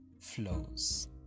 flows